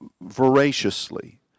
voraciously